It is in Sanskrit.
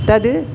तद्